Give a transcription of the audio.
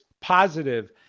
positive